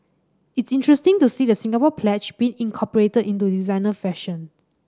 it's interesting to see the Singapore Pledge being incorporated into designer fashion